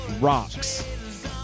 Rocks